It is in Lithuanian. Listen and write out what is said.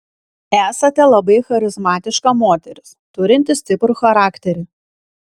esate labai charizmatiška moteris turinti stiprų charakterį